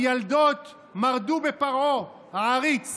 המיילדות מרדו בפרעה העריץ